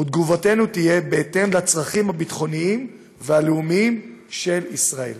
ותגובתנו תהיה בהתאם לצרכים הביטחוניים והלאומיים של ישראל.